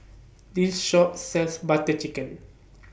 This Shop sells Butter Chicken